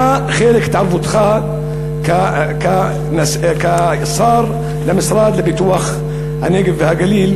מה חלק התערבותך כשר למשרד לפיתוח הנגב והגליל